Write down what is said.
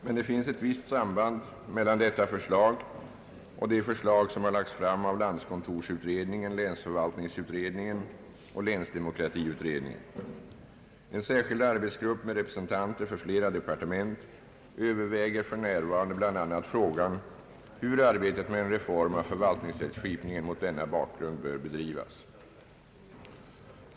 Det finns emellertid ett visst samband mellan detta förslag och de förslag som lagts fram av landskontorsutredningen, <länsförvaltningsutredningen och länsdemokratiutredningen. En särskild arbetsgrupp med representanter för flera departement överväger för närvarande bl.a. frågan hur arbetet med en reform av förvaltningsrättskipningen mot denna bakgrund bör bedrivas.